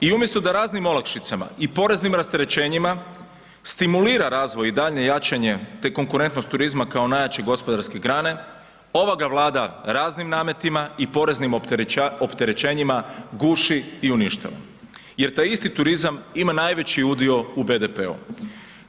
I umjesto da raznim olakšicama i poreznim rasterećenjima stimulira razvoj i daljnje jačanje te konkurentnost turizma kao najjače gospodarske grane, ova ga Vlada raznim nametima i poreznim opterećenjima guši i uništava jer taj isti turizam ima najveći udio u BDP-u.